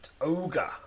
ogre